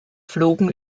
flogen